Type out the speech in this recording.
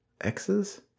x's